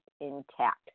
intact